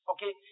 Okay